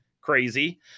crazy